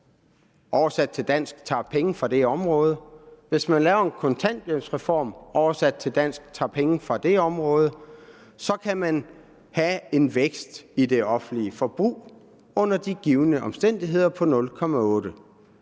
at man tager penge fra det område, kan man have en vækst i det offentlige forbrug under de givne omstændigheder på 0,8